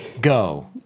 Go